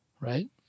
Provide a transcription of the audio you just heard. right